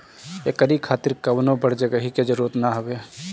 एकरी खातिर कवनो बड़ जगही के जरुरत ना हवे